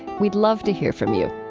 we'd love to hear from you